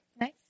Nice